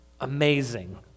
amazing